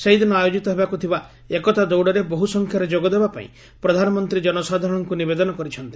ସେହିଦିନ ଆୟୋଜିତ ହେବାକୁ ଥିବା ଏକତା ଦୌଡ଼ରେ ବହୁ ସଂଖ୍ୟାରେ ଯୋଗ ଦେବାପାଇଁ ପ୍ରଧାନମନ୍ତୀ ଜନସାଧାରଣଙ୍କୁ ନିବେଦନ କରିଛନ୍ତି